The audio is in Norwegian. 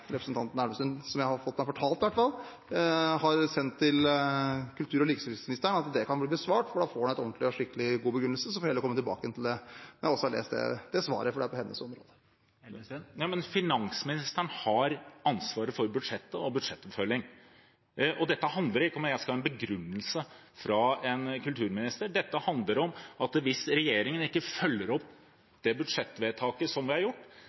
som representanten Elvestuen – det har blitt meg fortalt i hvert fall – har sendt til kultur- og likestillingsministeren, kan bli besvart, for da får han en ordentlig og skikkelig god begrunnelse. Så får jeg heller komme tilbake til det når jeg har lest det svaret, for det er på kultur- og likestillingsministerens område. Men finansministeren har ansvaret for budsjettet og budsjettoppfølging. Dette handler ikke om at jeg skal ha en begrunnelse fra kulturministeren. Dette handler om at hvis regjeringen ikke følger opp det budsjettvedtaket som er gjort, har